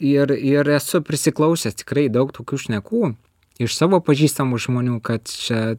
ir ir esu prisiklausęs tikrai daug tokių šnekų iš savo pažįstamų žmonių kad čia